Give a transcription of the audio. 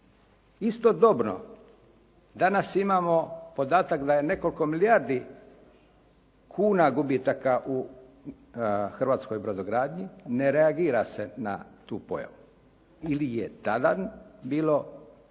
istodobno danas imamo podatak da je nekoliko milijardi kuna gubitaka u hrvatskoj brodogradnji, ne reagira se na tu pojavu ili je tada bilo